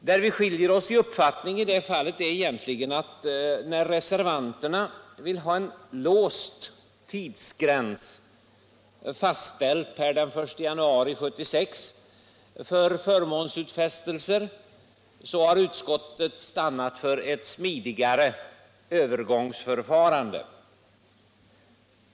På den punkt där våra uppfattningar skiljer sig vill reservanterna ha en låst tidsgräns fastställd per den 1 januari 1976 för förmånsutfästelser medan utskottet har stannat för ett smidigare övergångsförfarande.